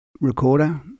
recorder